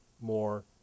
more